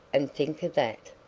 and think of that!